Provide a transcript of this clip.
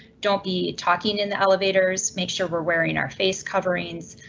don't be talking in the elevators, make sure we're wearing our face coverings.